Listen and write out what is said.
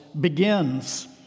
begins